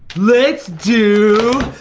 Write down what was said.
let's do.